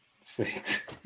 Six